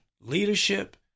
leadership